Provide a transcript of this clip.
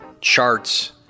charts